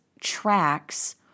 tracks